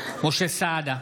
משה סעדה,